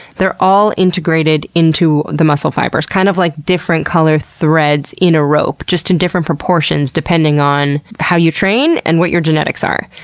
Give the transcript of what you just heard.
they're all integrated into the muscle fibers kind of like different color threads in a rope, just in different proportions depending on how you train and what your genetics are.